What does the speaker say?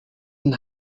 and